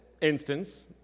instance